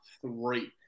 three